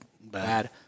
bad